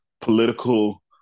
political